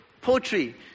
poetry